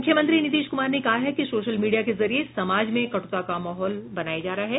मुख्यमंत्री नीतीश कुमार ने कहा है कि सोशल मीडिया के जरिये समाज में कटुता का माहौल बनाया जा रहा है